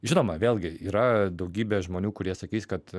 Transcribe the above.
žinoma vėlgi yra daugybė žmonių kurie sakys kad